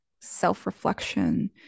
self-reflection